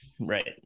right